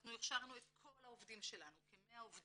אנחנו הכשרנו את כל העובדים שלנו, כ-100 עובדים,